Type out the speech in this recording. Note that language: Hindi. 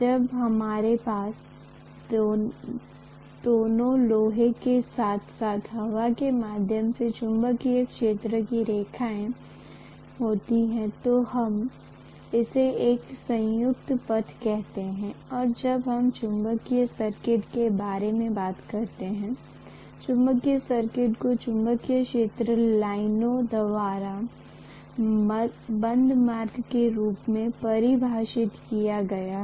जब हमारे पास दोनों लोहे के साथ साथ हवा के माध्यम से चुंबकीय क्षेत्र की रेखाएं होती हैं तो हम उसे एक संयुक्त पथ कहते है और जब हम चुंबकीय सर्किट के बारे में बात करते हैं चुंबकीय सर्किट को चुंबकीय क्षेत्र लाइनों द्वारा बंद मार्ग के रूप में परिभाषित किया गया है